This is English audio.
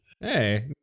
Hey